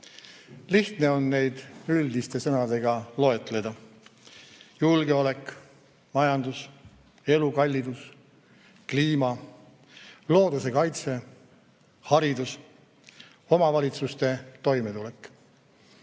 Lihtne on neid üldiste sõnadega loetleda: julgeolek, majandus, elukallidus, kliima, looduse kaitse, haridus, omavalitsuste toimetulek